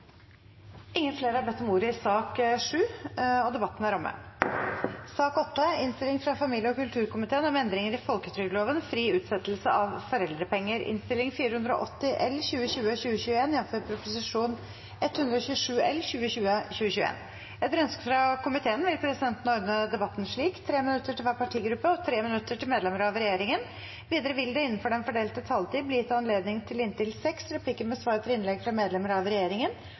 Flere har ikke bedt om ordet til sak nr. 7. Etter ønske fra familie- og kulturkomiteen vil presidenten ordne debatten slik: 3 minutter til hver partigruppe og 3 minutter til medlemmer av regjeringen. Videre vil det – innenfor den fordelte taletid – bli gitt anledning til inntil seks replikker med svar etter innlegg fra medlemmer av regjeringen,